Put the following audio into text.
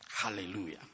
Hallelujah